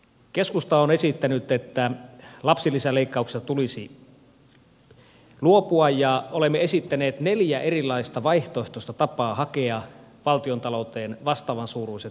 keskusta on esittänyt että lapsilisäleikkauksesta tulisi luopua ja olemme esittäneet neljä erilaista vaihtoehtoista tapaa hakea valtiontalouteen vastaavan suuruiset säästöt